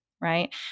right